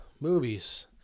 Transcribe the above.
movies